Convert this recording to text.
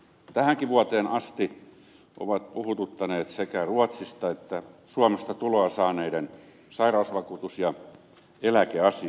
tähänkin vuoteen asti ovat puhututtaneet sekä ruotsista että suomesta tuloa saaneiden sairausvakuutus ja eläkeasiat